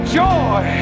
joy